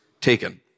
taken